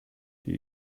die